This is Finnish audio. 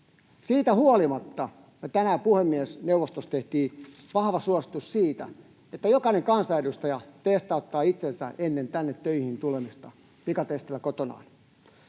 Siitä huolimatta me tänään puhemiesneuvostossa tehtiin vahva suositus, että jokainen kansanedustaja testauttaa itsensä ennen tänne töihin tulemista pikatestillä kotonaan.